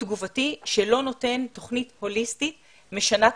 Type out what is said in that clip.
שלא נותן תוכנית הוליסטית שמשנה מציאות.